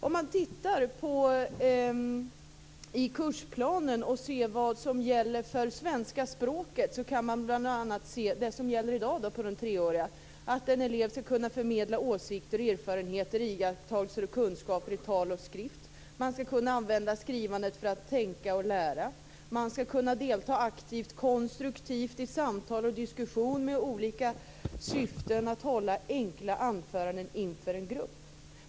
I kursplanen kan man läsa att vad som i dag gäller för svenska språket på det treåriga programmet är att en elev skall kunna förmedla åsikter, erfarenheter, iakttagelser och kunskaper i tal och skrift. Eleverna skall kunna använda skrivandet för att tänka och lära. De skall kunna delta aktivt och konstruktivt i samtal och diskussion med olika syften och kunna hålla enkla anföranden inför en grupp.